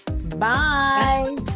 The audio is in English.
Bye